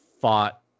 fought